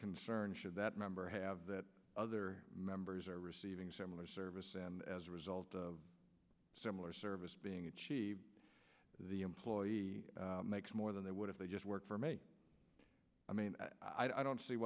concern should that member have that other members are receiving similar service and as a result of similar service being achieved the employee makes more than they would if they just worked for me i mean i don't see